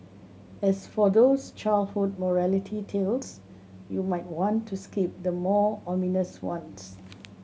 as for those childhood morality tales you might want to skip the more ominous ones